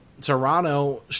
Toronto